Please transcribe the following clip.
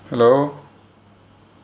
hello